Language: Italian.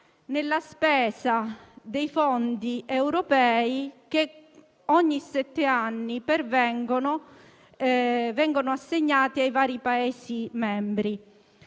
nella spesa dei fondi europei che ogni sette anni vengono assegnati ai vari Paesi membri.